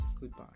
goodbye